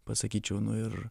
pasakyčiau nu ir